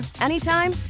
anytime